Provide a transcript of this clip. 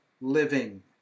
Living